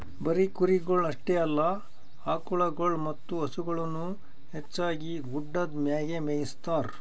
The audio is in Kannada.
ಬರೀ ಕುರಿಗೊಳ್ ಅಷ್ಟೆ ಅಲ್ಲಾ ಆಕುಳಗೊಳ್ ಮತ್ತ ಹಸುಗೊಳನು ಹೆಚ್ಚಾಗಿ ಗುಡ್ಡದ್ ಮ್ಯಾಗೆ ಮೇಯಿಸ್ತಾರ